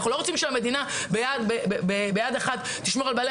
אנחנו לא רוצים שהמדינה תשמור ביד אחת על בעלי